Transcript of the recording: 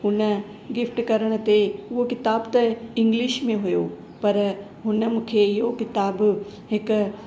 हुन गिफ्ट करण ते हो क़िताबु त इंग्लिश में हुयो पर हुन मूंखे इहो क़िताबु हिकु